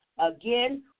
Again